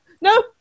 No